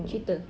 cerita